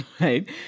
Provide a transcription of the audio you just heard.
right